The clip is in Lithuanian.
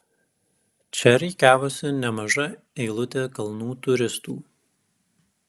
čia rikiavosi nemaža eilutė kalnų turistų